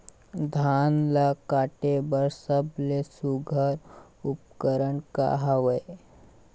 धान ला काटे बर सबले सुघ्घर उपकरण का हवए?